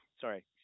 sorry